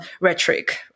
rhetoric